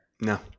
No